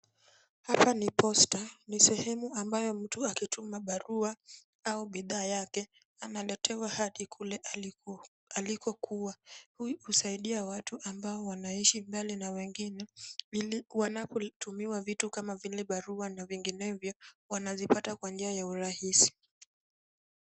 Hapa ni Posta. Ni sehemu ambayo mtu akituma barua au bidhaa yake analetewa hadi kule alikokua. Hii husaidia watu ambao wanaishi mbali na wengine ili wanapotumiwa vitu kama vile barua na vinginevyo wanazipata kwa njia ya urahisi.